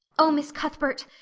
oh, miss cuthbert,